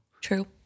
True